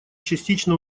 частично